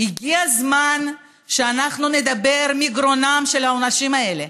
הגיע הזמן שאנחנו נדבר מגרונם של האנשים האלה.